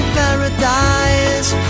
paradise